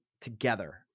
together